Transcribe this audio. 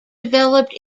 developed